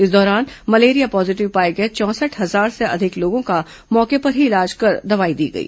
इस दौरान malaria positive पाए गए चौसठ हजार अधिक लोगों का मौके पर ही इलाज कर दवाई दी गई